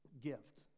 gift